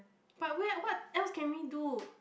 but where what else can we do